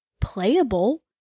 playable